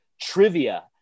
trivia